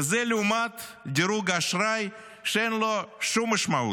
וזה לעומת דירוג האשראי, שאין לו שום משמעות.